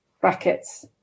brackets